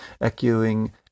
echoing